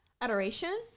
adoration